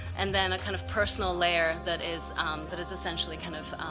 and then a kind of personal layer that is that is essentially kind of